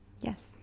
Yes